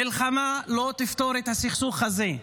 מלחמה לא תפתור את הסכסוך הזה.